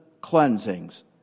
cleansings